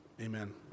amen